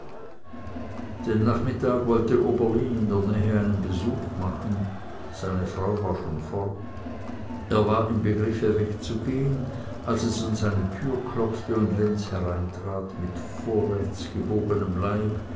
den nachmittag wollte oberlin in der nähe einen besuch machen seine frau war schon fort er war im begriff wegzugehen als es an seine türe klopfte und lenz hereintrat mit vorwärts gebogenem leib